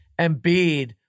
Embiid